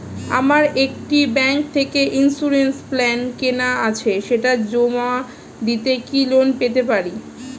আমার একটি ব্যাংক থেকে ইন্সুরেন্স প্ল্যান কেনা আছে সেটা জমা দিয়ে কি লোন পেতে পারি?